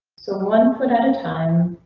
so but one point at a time.